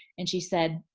and she said,